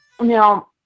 Now